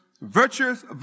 Virtuous